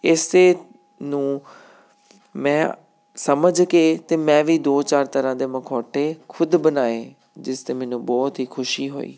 ਇਸ ਨੂੰ ਮੈਂ ਸਮਝ ਕੇ ਅਤੇ ਮੈਂ ਵੀ ਦੋ ਚਾਰ ਤਰ੍ਹਾਂ ਦੇ ਮਖੌਟੇ ਖੁਦ ਬਣਾਏ ਜਿਸ 'ਤੇ ਮੈਨੂੰ ਬਹੁਤ ਹੀ ਖੁਸ਼ੀ ਹੋਈ